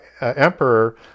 Emperor